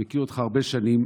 אני מכיר אותך הרבה שנים,